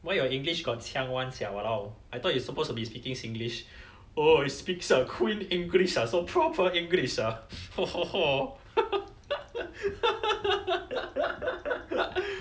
why your english got 腔 [one] sia !walao! I thought you supposed to be speaking singlish oh it speaks of queen english ah so proper english !whoa! !whoa! !whoa!